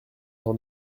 t’en